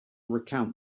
recount